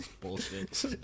bullshit